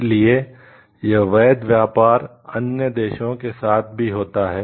इसलिए यह वैध व्यापार अन्य देशों के साथ भी होता है